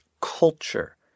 culture